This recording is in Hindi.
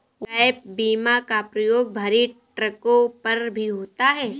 गैप बीमा का प्रयोग भरी ट्रकों पर भी होता है